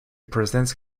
presents